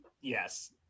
Yes